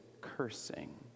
cursing